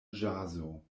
ĵazo